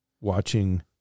watching